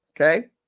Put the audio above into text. Okay